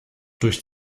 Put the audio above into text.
durch